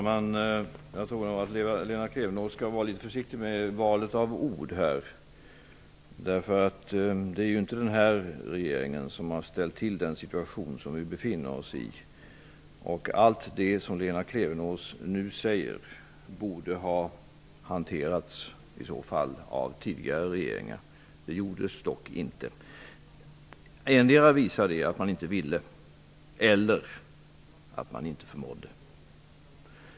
Fru talman! Lena Klevenås skall vara försiktig med valet av ord. Det är inte den nuvarande regeringen som ställt oss i den situation som vi nu befinner oss i. Allt det som Lena Klevenås nu säger borde i så fall ha hanterats av tidigare regeringar. Det gjordes dock inte. Det visar att man antingen inte ville göra något eller att man inte förmådde.